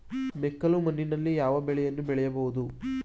ಮೆಕ್ಕಲು ಮಣ್ಣಿನಲ್ಲಿ ಯಾವ ಬೆಳೆಯನ್ನು ಬೆಳೆಯಬಹುದು?